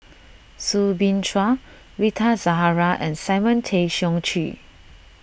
Soo Bin Chua Rita Zahara and Simon Tay Seong Chee